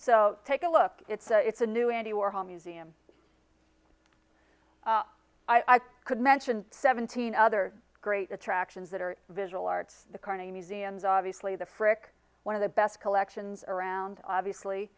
so take a look it's it's a new andy warhol museum i could mention seventeen other great attractions that are visual arts the carnegie museums obviously the frick one of the best collections around obviously